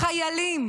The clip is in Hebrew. חיילים